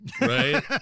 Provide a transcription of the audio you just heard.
right